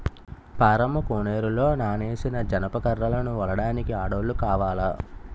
పారమ్మ కోనేరులో నానేసిన జనప కర్రలను ఒలడానికి ఆడోల్లు కావాల